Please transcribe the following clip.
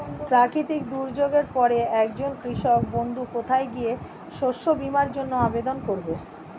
প্রাকৃতিক দুর্যোগের পরে একজন কৃষক বন্ধু কোথায় গিয়ে শস্য বীমার জন্য আবেদন করবে?